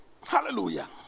Hallelujah